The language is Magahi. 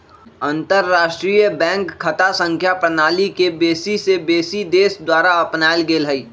अंतरराष्ट्रीय बैंक खता संख्या प्रणाली के बेशी से बेशी देश द्वारा अपनाएल गेल हइ